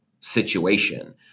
situation